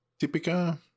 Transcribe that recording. tipica